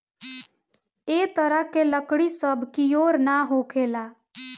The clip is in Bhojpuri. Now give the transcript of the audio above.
ए तरह के लकड़ी सब कियोर ना होखेला